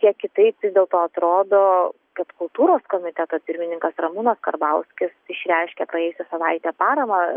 kiek kitaip vis dėlto atrodo kad kultūros komiteto pirmininkas ramūnas karbauskis išreiškė praėjusią savaitę paramą